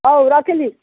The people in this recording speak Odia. ହଉ ରଖିଲି